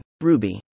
Ruby